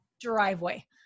driveway